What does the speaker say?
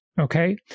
Okay